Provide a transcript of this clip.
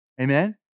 Amen